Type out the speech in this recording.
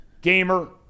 Gamer